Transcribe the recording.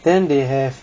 then they have